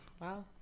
Wow